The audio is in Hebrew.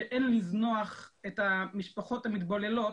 שאין לזנוח את המשפחות המתבוללות,